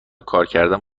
کارکردن